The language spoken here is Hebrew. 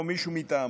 מישהו מטעמו.